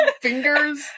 fingers